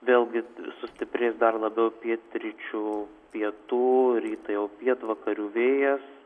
vėlgi sustiprės dar labiau pietryčių pietų rytą jau pietvakarių vėjas